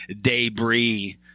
Debris